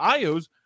Io's